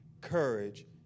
courage